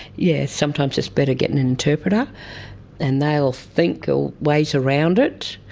yeah, sometimes it's better get an interpreter and they'll think of ways around it.